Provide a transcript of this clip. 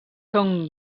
són